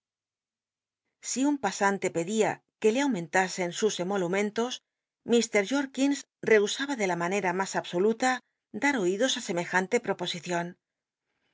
si un pasante pedía que le aumentasen sus emolumentos ir jorkins rchu oaba ele la mancm mas absoluta dat oídos ü se mejante proposicion